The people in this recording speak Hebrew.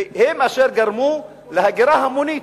והם אשר גרמו להגירה ההמונית,